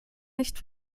nicht